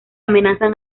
amenazan